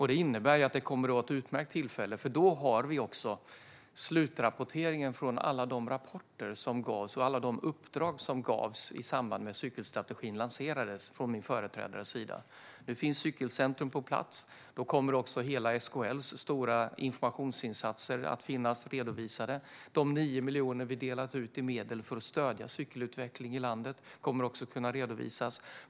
Det innebär att detta kommer att vara ett utmärkt tillfälle, för då har vi slutrapporteringen från alla de rapporter som finns och de uppdrag som gavs i samband med att cykelstrategin lanserades från min företrädares sida. Cykelcentrum finns på plats, och hela SKL:s stora informationsinsatser kommer att finnas redovisade. De 9 miljoner vi har delat ut i medel för att stödja cykelutveckling i landet kommer också att kunna redovisas.